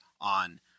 on